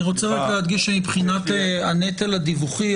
אני רוצה להדגיש שמבחינת הנטל הדיווחי,